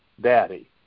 daddy